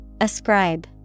Ascribe